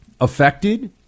affected